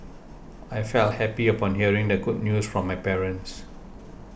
I felt happy upon hearing the good news from my parents